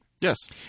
Yes